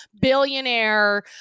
Billionaire